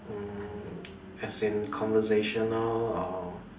mm as in conversational or